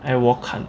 I 我看